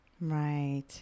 right